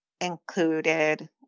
included